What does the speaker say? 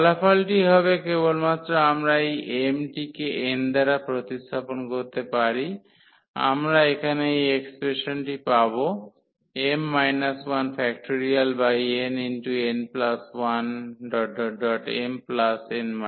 ফলাফলটি হবে কেবলমাত্র আমরা এই m টিকে n দ্বারা প্রতিস্থাপন করতে পারি আমরা এখানে এই এক্সপ্রেশনটি পাব m 1